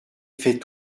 fait